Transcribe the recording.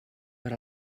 per